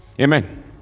Amen